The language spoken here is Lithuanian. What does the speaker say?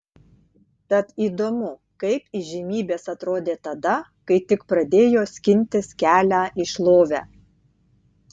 tad įdomu kaip įžymybės atrodė tada kai tik pradėjo skintis kelią į šlovę